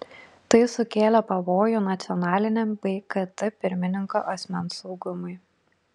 tai sukėlė pavojų nacionaliniam bei kt pirmininko asmens saugumui